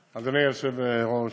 היושב-ראש,